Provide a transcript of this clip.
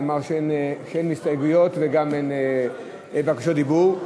נאמר שאין הסתייגויות וגם אין בקשות דיבור.